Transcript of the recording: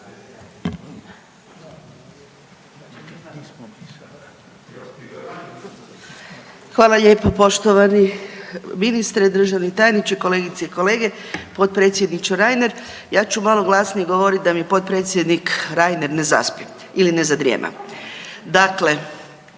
Hvala lijepa. Poštovani ministre, državni tajniče, kolegice i kolege, potpredsjedniče Reiner, ja ću malo glasnije govoriti da mi potpredsjednik Reiner ne zaspi ili ne zadrijema. Dakle,